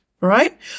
right